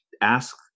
ask